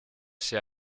s’est